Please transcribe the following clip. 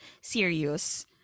serious